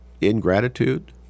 ingratitude